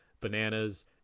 Bananas